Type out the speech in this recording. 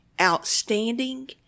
outstanding